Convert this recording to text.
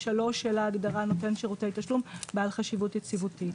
ההגדרה "נותן שירותי התשלום בעל חשיבות יציבותית".